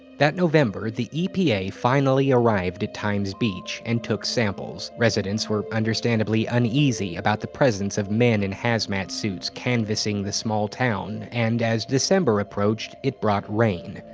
that november, the epa finally arrived at times beach and took samples. residents were understandably uneasy about the presence of men in hazmat suits canvassing the small town, and as december approached, it brought rain.